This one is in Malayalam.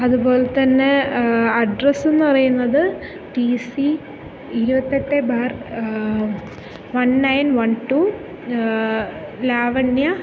അതുപോലെ തന്നെ അഡ്രസ്സ് എന്ന് പറയുന്നത് ടി സി ഇരുപത്തെട്ട് bar one nine one two ലാവണ്യ